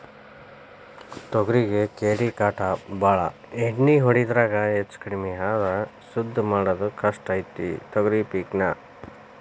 ತೊಗರಿಗೆ ಕೇಡಿಕಾಟ ಬಾಳ ಎಣ್ಣಿ ಹೊಡಿದ್ರಾಗ ಹೆಚ್ಚಕಡ್ಮಿ ಆದ್ರ ಸುದ್ದ ಮಾಡುದ ಕಷ್ಟ ಐತಿ ತೊಗರಿ ಪಿಕ್ ನಾ